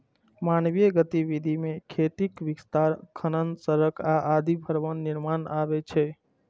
मानवीय गतिविधि मे खेतीक विस्तार, खनन, सड़क आ भवन निर्माण आदि अबै छै